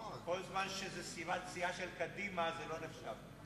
כל זמן שזה זמן סיעה של קדימה, זה לא נחשב.